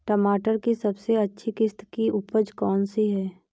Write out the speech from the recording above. टमाटर की सबसे अच्छी किश्त की उपज कौन सी है?